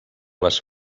les